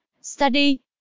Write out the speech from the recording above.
Study